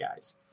guys